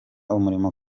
umurimo